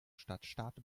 stadtstaat